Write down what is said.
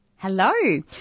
Hello